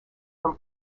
from